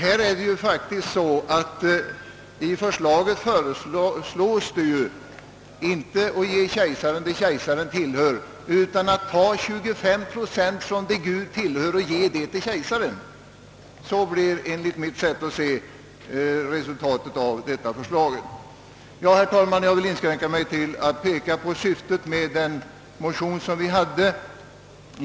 Det är ju faktiskt så att förslaget inte vill ge kejsaren det kejsaren tillhör, utan att man skall ta 25 procent från det Gud tillhör och ge det till kejsaren. Så blir enligt mitt sätt att se resultatet av detta förslag. Jag vill, herr talman, inskränka mig till att peka på syftet med den motion vi har avlämnat.